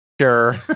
Sure